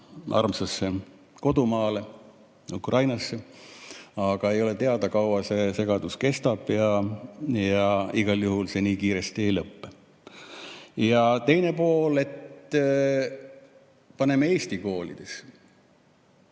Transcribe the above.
armsale kodumaale Ukrainasse, aga ei ole teada, kui kaua see segadus kestab. Igal juhul nii kiiresti see ei lõpe. Ja teine pool, paneme eesti koolidesse,